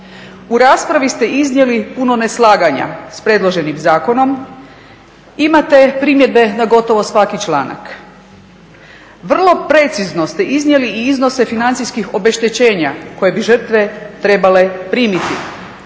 U raspravi ste iznijeli puno neslaganja sa predloženim zakonom. Imate primjedbe na gotovo svaki članak. Vrlo precizno ste iznijeli i iznose financijskih obeštećenja koje bi žrtve trebale primiti.